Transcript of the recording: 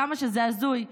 כמה שזה הזוי,